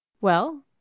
Well